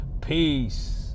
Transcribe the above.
Peace